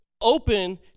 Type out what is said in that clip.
open